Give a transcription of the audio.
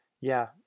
Yeah